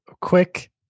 quick